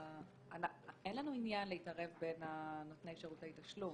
אין לנו עניין להתערב בין נותני שירותי תשלום.